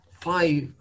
five